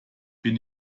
bin